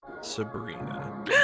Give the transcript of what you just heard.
Sabrina